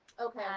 okay